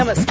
नमस्कार